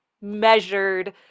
measured